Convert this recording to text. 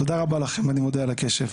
תודה רבה לכם, אני מודה על הקשב,